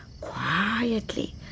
quietly